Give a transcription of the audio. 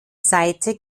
seite